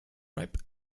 ripe